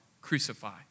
crucify